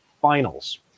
Finals